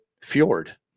Fjord